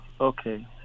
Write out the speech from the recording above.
okay